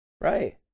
Right